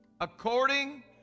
according